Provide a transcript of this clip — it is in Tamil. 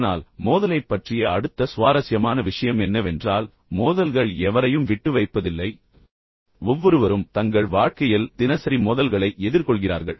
ஆனால் மோதலைப் பற்றிய அடுத்த சுவாரஸ்யமான விஷயம் என்னவென்றால் மோதல்கள் எவரையும் விட்டுவைப்பதில்லை ஒவ்வொருவரும் தங்கள் வாழ்க்கையில் தினசரி மோதல்களை எதிர்கொள்கிறார்கள்